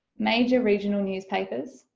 major regional newspapers,